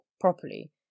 properly